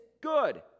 Good